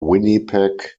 winnipeg